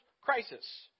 crisis